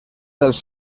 dels